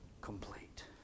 complete